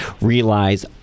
realize